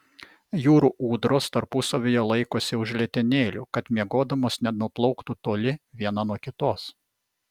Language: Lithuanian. jūrų ūdros tarpusavyje laikosi už letenėlių kad miegodamos nenuplauktų toli viena nuo kitos